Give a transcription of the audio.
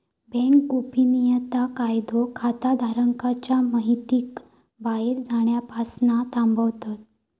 bank गोपनीयता कायदो खाताधारकांच्या महितीक बाहेर जाण्यापासना थांबवता